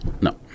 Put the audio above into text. No